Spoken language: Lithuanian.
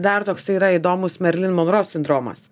dar toksai yra įdomus merlin monro sindromas